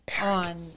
on